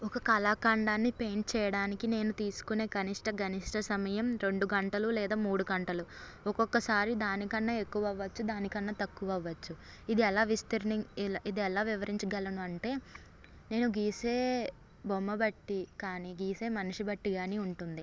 ఒక కళాఖండాన్ని పెయింట్ చేయడానికి నేను తీసుకునే కనిష్ట గరిష్ట సమయం రెండు గంటలు లేదా మూడు గంటలు ఒకొక్కసారి దానికన్నా ఎక్కువ అవ్వచ్చు దానికన్నా తక్కువ అవ్వచ్చు ఇది ఎలా విస్తీర్ణ ఇది ఎలా వివరించగలను అంటే నేను గీసే బొమ్మ బట్టి కానీ గీసే మనిషి కానీ బట్టి ఉంటుంది